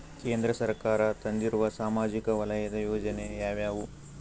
ಕೇಂದ್ರ ಸರ್ಕಾರ ತಂದಿರುವ ಸಾಮಾಜಿಕ ವಲಯದ ಯೋಜನೆ ಯಾವ್ಯಾವು?